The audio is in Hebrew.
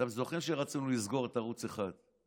אתם זוכרים שרצינו לסגור את ערוץ 1,